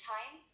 Time